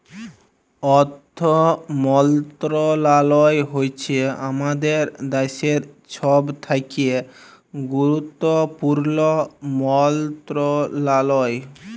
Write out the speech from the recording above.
অথ্থ মলত্রলালয় হছে আমাদের দ্যাশের ছব থ্যাকে গুরুত্তপুর্ল মলত্রলালয়